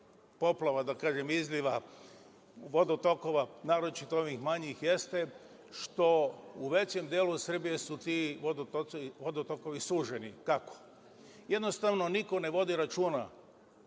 poplava, da kažem, izliva vodotokova, naročito onih manjih, jeste što u većem delu Srbije su ti vodotokovi suženi. Kako? Jednostavno niko ne vodi računa